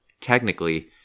technically